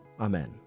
Amen